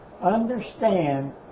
understand